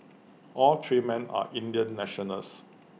all three men are Indian nationals